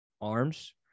arms